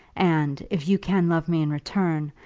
and if you can love me in return,